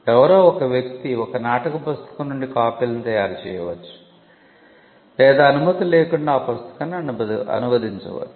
ఎవరో ఒక వ్యక్తి ఒక నాటక పుస్తకం నుండి కాపీలను తయారు చేయవచ్చు లేదా అనుమతి లేకుండా ఆ పుస్తకాన్ని అనువదించవచ్చు